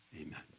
Amen